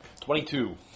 Twenty-two